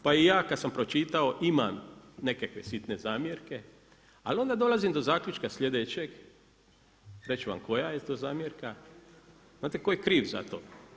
Pa i ja kada sam pročitao imam nekakve sitne zamjerke, a onda dolazim do zaključka sljedećeg, reći ću vam koja je to zamjerka, znate tko je kriv za to.